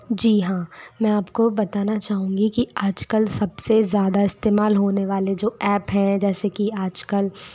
जी हाँ मैं आपको बताना चाहूँगी कि आजकल सबसे ज़्यादा इस्तेमाल होने वाले जो ऐप्प हैं जैसे कि आजकल